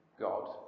God